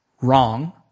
wrong